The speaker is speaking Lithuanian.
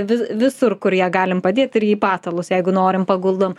vi visur kur ją galim padėt ir į patalus jeigu norim paguldom